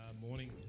Morning